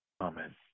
Amen